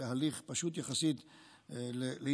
ובהליך פשוט יחסית להתווכח,